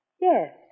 Yes